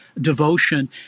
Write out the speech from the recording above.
devotion